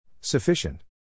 sufficient